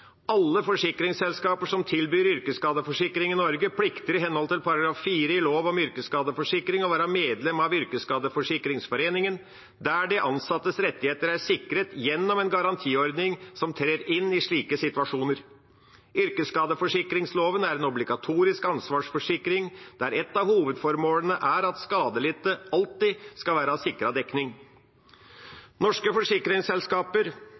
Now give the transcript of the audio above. Alle forsikringsselskaper som tilbyr yrkesskadeforsikring i Norge, plikter i henhold til § 4 i lov om yrkesskadeforsikring å være medlem av Yrkesskadeforsikringsforeningen, der de ansattes rettigheter er sikret gjennom en garantiordning som trer inn i slike situasjoner. Yrkesskadeforsikringsloven er en obligatorisk ansvarsforsikring der ett av hovedformålene er at skadelidte alltid skal være sikret dekning. Norske forsikringsselskaper